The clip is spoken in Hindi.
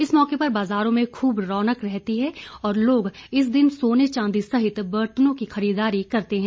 इस मौके पर बाजारों में खूब रौनक देखी जा रही है और लोग इस दिन सोने चांदी सहित बर्तनों की खरीददारी करते हैं